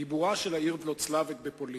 בעיבורה של העיר וולצלבק בפולין.